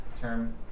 term